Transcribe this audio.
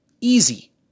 Easy